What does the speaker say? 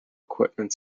equipment